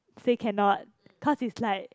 say cannot cause it's like